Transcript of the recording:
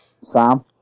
Sam